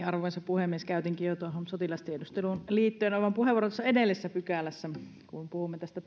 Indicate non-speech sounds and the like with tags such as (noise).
(unintelligible) arvoisa puhemies käytinkin jo sotilastiedusteluun liittyen oman puheenvuoron tuossa edellisessä pykälässä kun puhuimme tästä (unintelligible)